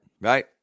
right